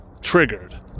triggered